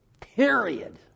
period